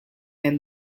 and